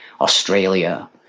Australia